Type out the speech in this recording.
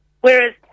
Whereas